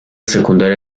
secundaria